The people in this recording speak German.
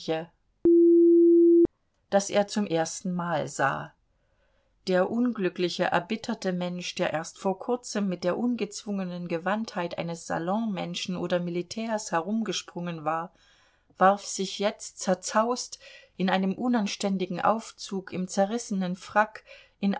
das er zum erstenmal sah der unglückliche erbitterte mensch der erst vor kurzem mit der ungezwungenen gewandtheit eines salonmenschen oder militärs herumgesprungen war warf sich jetzt zerzaust in einem unanständigen aufzug im zerrissenen frack in